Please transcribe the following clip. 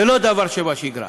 זה לא דבר שבשגרה.